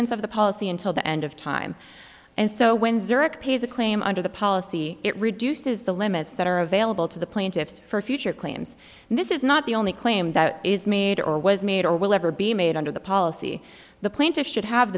issuance of the policy until the end of time and so when zurich pays a claim under the policy it reduces the limits that are available to the plaintiffs for future claims and this is not the only claim that is made or was made or will ever be made under the policy the plaintiffs should have